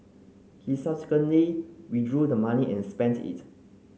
he subsequently withdrew the money and spent it